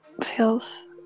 Feels